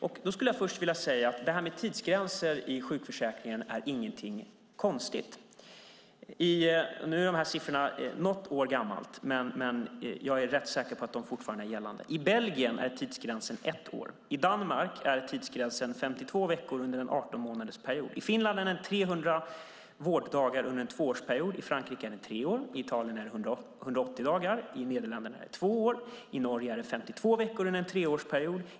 Jag skulle först vilja säga att tidsgränser i sjukförsäkringen inte är någonting konstigt. Siffrorna är något år gamla, men jag är rätt säker på att de fortfarande gäller. I Belgien är tidsgränsen ett år. I Danmark är tidsgränsen 52 veckor under en 18-månadersperiod. I Finland är den 300 vårddagar under en tvåårsperiod. I Frankrike är den tre år. I Italien är den 180 dagar. I Nederländerna är den två år. I Norge är den 52 veckor under en treårsperiod.